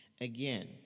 Again